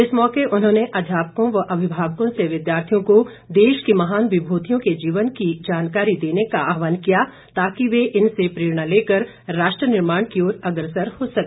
इस मौके उन्होंने अध्यापकों व अभिभावकों से विद्यार्थियों को देश की महान विभूतियों के जीवन की जानकारी देने का आहवान किया ताकि वे इनसे प्रेरणा लेकर राष्ट्र निर्माण की ओर अग्रसर हो सके